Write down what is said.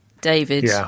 David